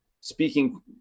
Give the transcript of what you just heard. Speaking